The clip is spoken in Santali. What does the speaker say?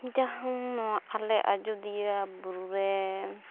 ᱡᱟᱦᱟᱢ ᱱᱚᱣᱟ ᱟᱞᱮ ᱟᱡᱳᱫᱤᱭᱟᱹ ᱵᱩᱨᱩ ᱨᱮ